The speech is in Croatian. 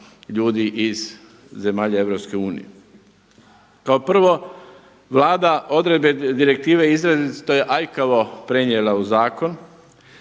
iz zemalja EU. Kao prvo, Vlada odredbe direktive izrazito je aljkavo prenijela u zakon